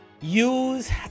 use